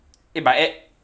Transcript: eh but e~